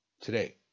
today